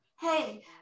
Hey